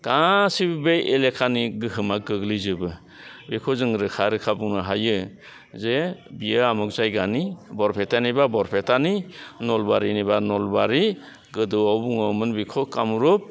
गासैबो बे एलेकानि गोहोमा गोग्लैजोबो बेखौ जों रोखा रोखा बुंनो हायो जे बेयो आमुग जायगानि बरपेटानिबा बरपेटानि नलबारिनिबा नलबारि गोदोआव बुङोमोन बेखौ कामरुप